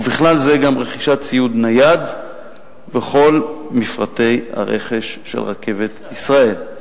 ובכלל זה גם רכישת ציוד נייד וכל מפרטי הרכש של "רכבת ישראל".